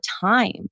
time